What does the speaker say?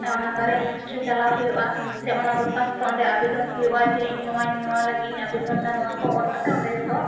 ᱚᱱᱟ ᱠᱟᱨᱮᱱ ᱳᱯᱤᱥ ᱨᱮ ᱪᱟᱞᱟᱣ ᱦᱩᱭᱩᱜᱼᱟ ᱥᱮ ᱚᱱᱟ ᱫᱚᱨᱠᱟᱥᱛᱚ ᱚᱸᱰᱮ ᱟᱵᱮᱫᱚᱱ ᱦᱩᱭᱩᱜᱼᱟ ᱡᱮ ᱤᱧ ᱱᱚᱣᱟᱧ ᱱᱚᱣᱟ ᱞᱟᱹᱜᱤᱫ ᱤᱧ ᱟᱵᱮᱫᱚᱱ ᱫᱟ ᱱᱚᱣᱟ ᱠᱚ ᱚᱞ ᱠᱟᱛᱮ ᱚᱸᱰᱮ ᱡᱚᱛᱚ